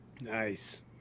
Nice